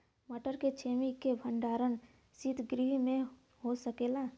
मटर के छेमी के भंडारन सितगृह में हो सकेला?